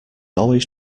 always